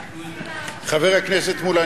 חבר הכנסת מולה,